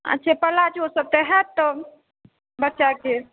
अच्छा प्लाजोसभ तऽ हैत तब बच्चाके